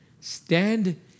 stand